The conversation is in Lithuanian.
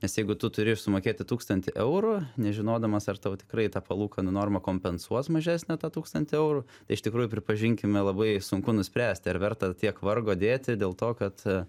nes jeigu tu turi ir sumokėti tūkstantį eurų nežinodamas ar tau tikrai tą palūkanų normą kompensuos mažesnę tą tūkstantį eurų iš tikrųjų pripažinkime labai sunku nuspręsti ar verta tiek vargo dėti dėl to kad